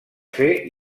fer